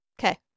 Okay